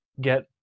get